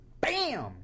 Bam